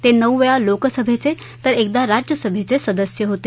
ते नऊ वेळा लोकसभेचे तर एकदा राज्यसभेचे सदस्य होते